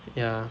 ya